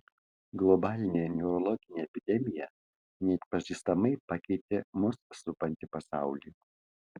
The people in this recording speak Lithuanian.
globalinė neurologinė epidemija neatpažįstamai pakeitė mus supantį pasaulį